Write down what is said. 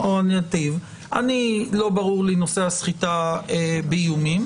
לא ברור לי נושא הסחיטה באיומים.